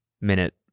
minute